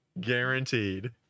Guaranteed